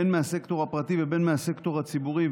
בין מהסקטור הפרטי ובין מהסקטור הציבורי,